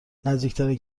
نزدیکترین